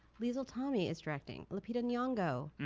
leisl tommy is directing, lupita nyong'o,